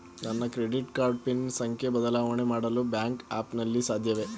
ನನ್ನ credit card pin ಸಂಖ್ಯೆ ಬದಲಾವಣೆ ಮಾಡಲು ಬ್ಯಾಂಕ್ ಆ್ಯಪ್ ನಲ್ಲಿ ಸಾಧ್ಯವೇ?